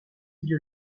dit